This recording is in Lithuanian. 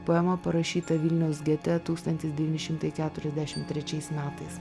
poema parašyta vilniaus gete tūkstantis devyni šimtai keturiasdešim trečiais metais